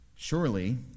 Surely